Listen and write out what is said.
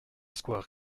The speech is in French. square